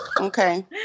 Okay